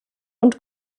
und